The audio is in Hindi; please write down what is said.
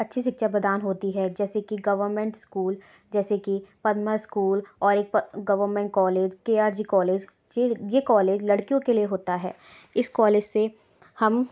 अच्छी शिक्षा प्रदान होती है जैसे कि गवर्मेंट स्कूल जैसे कि पद्मा स्कूल और एक प गवर्मेंट कॉलेज के आर जी कॉलेज ये ये कॉलेज लड़कियों के लिए होता है इस कॉलेज से हम